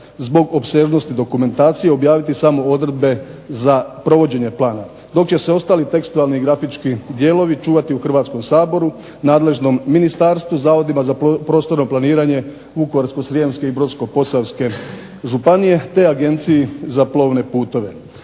zbog opsežnosti dokumentacije objaviti samo odredbe za provođenje plana, dok će se ostali tekstualni i grafički dijelovi čuvati u Hrvatskom saboru, nadležnom ministarstvu, zavodima za prostorno planiranje Vukovarsko-srijemske i Brodsko-posavske županije, te Agenciji za plovne putove.